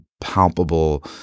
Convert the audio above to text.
palpable